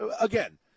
again